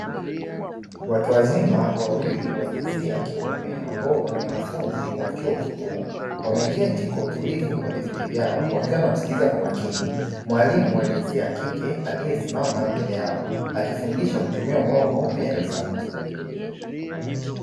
Watu wazima wawili wa jinsia ya kiume ambao ni wanafunzi wa chuo kikuu wameketi kwa utulivu kwenye viti vyao, wakiwa wanamskiliza kwa makini mwalimu wa jinsia ya kike aliyesimama mbele yao, akifundisha kutumia ubao mweupe na sauti.